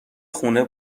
خونه